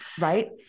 Right